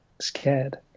scared